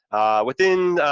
within,